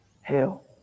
hell